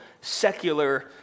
secular